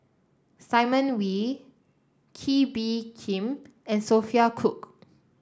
Simon Wee Kee Bee Khim and Sophia Cooke